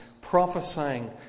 prophesying